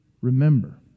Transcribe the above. remember